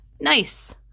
Nice